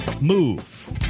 move